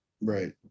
Right